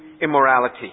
immorality